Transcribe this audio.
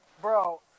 Bro